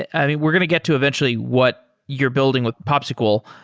i mean, we're going to get to eventually what you're building with popsql,